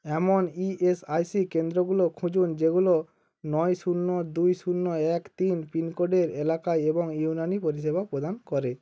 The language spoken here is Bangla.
এমন ইএসআইসি কেন্দ্রগুলো খুঁজুন যেগুলো নয় শূন্য দুই শূন্য এক তিন পিনকোডের এলাকায় এবং ইউনানি পরিষেবা প্রদান করে